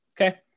okay